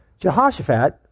Jehoshaphat